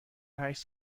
هشت